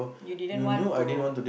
you didn't want to